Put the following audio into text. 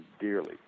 dearly